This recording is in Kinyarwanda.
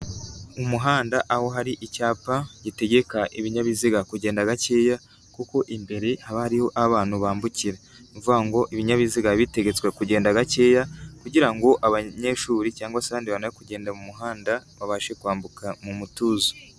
Umuhanda aho hari icyapa gitegeka ibinyabiziga kugenda gakeya kuko imbere haba hariho aho abantu bambukira, ni ukuvuga ngo ibinyabiziga bitegetswe kugenda gakeya kugira ngo abanyeshuri cyangwa se abari kugenda mu muhanda babashe kwambuka mu mutuzo.